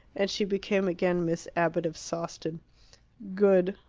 and she became again miss abbott of sawston good,